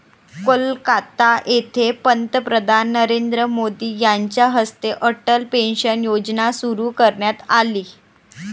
कोलकाता येथे पंतप्रधान नरेंद्र मोदी यांच्या हस्ते अटल पेन्शन योजना सुरू करण्यात आली